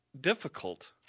difficult